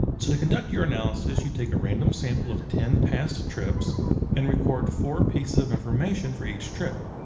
so to conduct your analysis, you take a random sample of ten past trips and record four pieces of information for each trip.